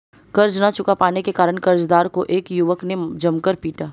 कर्ज ना चुका पाने के कारण, कर्जदार को एक युवक ने जमकर पीटा